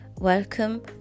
Welcome